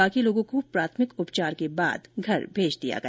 बाकी लोगों को प्राथमिक उपचार के बाद घर भेज दिया गया